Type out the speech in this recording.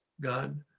God